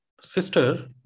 sister